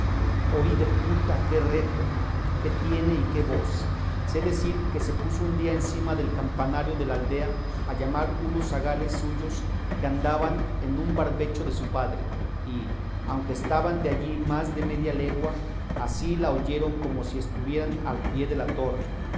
oh hideputa qué rejo que tiene y qué voz sé decir que se puso un día encima del campanario del aldea a llamar unos zagales suyos que andaban en un barbecho de su padre y aunque estaban de allí más de media legua así la oyeron como si estuvieran al pie de la torre